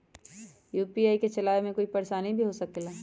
UPI के चलावे मे कोई परेशानी भी हो सकेला?